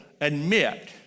admit